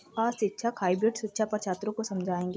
आज शिक्षक हाइब्रिड सुरक्षा पर छात्रों को समझाएँगे